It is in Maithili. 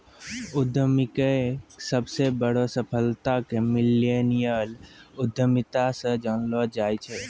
उद्यमीके सबसे बड़ो सफलता के मिल्लेनियल उद्यमिता से जानलो जाय छै